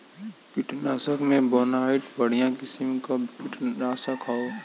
कीटनाशक में बोनाइट बढ़िया किसिम क कीटनाशक हौ